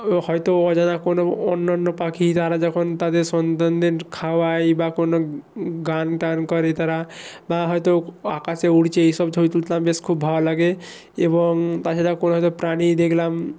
হয়তো অজানা কোনো অন্যান্য পাখি যারা যখন তাদের সন্তানদের খাওয়ায় বা কোনো গান টান করে তারা বা হয়তো আকাশে উড়ছে এই সব ছবি তুললাম বেশ খুব ভালো লাগে এবং তাছাড়া কোনো হয়তো প্রাণী দেকলাম